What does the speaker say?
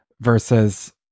versus